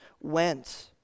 went